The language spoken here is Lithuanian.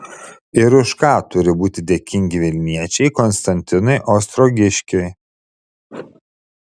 ir už ką turi būti dėkingi vilniečiai konstantinui ostrogiškiui